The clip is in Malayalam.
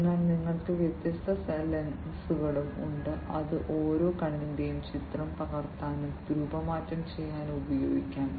അതിനാൽ നിങ്ങൾക്ക് വ്യത്യസ്ത ലെൻസുകളും ഉണ്ട് അത് ഓരോ കണ്ണിന്റെയും ചിത്രം പകർത്താനും രൂപമാറ്റം ചെയ്യാനും ഉപയോഗിക്കാം